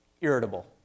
Irritable